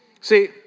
See